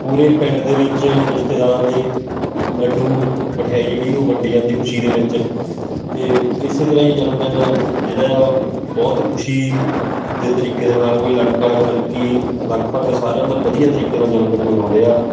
ਪੂਰੇ ਪਿੰਡ ਦੇ ਵਿੱਚ ਰਿਸ਼ਤੇਦਾਰਾਂ ਦੇ ਲੱਡੂ ਮਠਿਆਈ ਜਿਹੜੀ ਉਹ ਵੰਡੀ ਜਾਂਦੀ ਖੁਸ਼ੀ ਦੇ ਵਿੱਚ ਅਤੇ ਇਸੇ ਤਰ੍ਹਾਂ ਹੀ ਜਨਮ ਦਿਨ ਜਿਹੜਾ ਆ ਉਹ ਬਹੁਤ ਖੁਸ਼ੀ ਦੇ ਤਰੀਕੇ ਦੇ ਨਾਲ ਕੋਈ ਲੜਕਾ ਜਾਂ ਲੜਕੀ ਲਗਭਗ ਸਾਰਿਆਂ ਦਾ ਵਧੀਆ ਤਰੀਕੇ ਨਾਲ ਜਨਮਦਿਨ ਮਨਾਉਂਦੇ ਆ